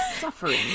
suffering